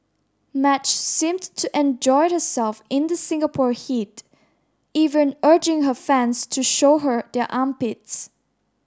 Madge seemed to enjoy herself in the Singapore heat even urging her fans to show her their armpits